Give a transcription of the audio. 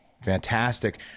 Fantastic